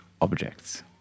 objects